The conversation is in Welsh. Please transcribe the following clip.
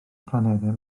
planedau